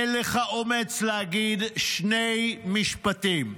אין לך אומץ להגיד שני משפטים,